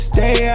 Stay